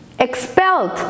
expelled